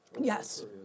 Yes